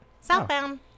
Southbound